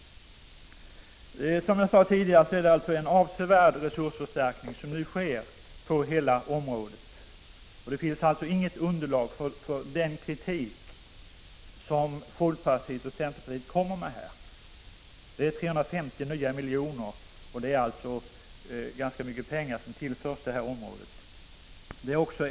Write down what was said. Som jag sade tidigare är det en avsevärd resursförstärkning som nu sker på hela området, och det finns alltså inget underlag för den kritik som folkpartiet och centerpartiet kommer med. 350 nya miljoner tillförs området , och det är ganska mycket pengar.